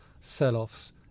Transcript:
sell-offs